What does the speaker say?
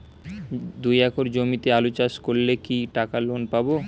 দুই একর জমিতে আলু চাষ করলে কি টাকা লোন পাবো?